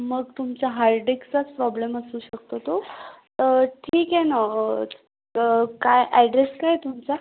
मग तुमच्या हाल्डिक्सचाच प्रॉब्लेम असू शकतो तो ठीक आहे ना तर काय अॅड्रेस काय आहे तुमचा